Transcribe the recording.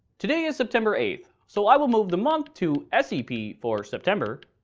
today is september eighth, so i will move the month to sep for september,